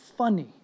funny